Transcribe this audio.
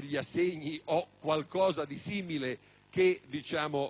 gli assegni o qualcosa di simile che